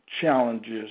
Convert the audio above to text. challenges